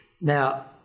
Now